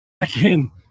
again